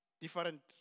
different